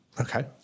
okay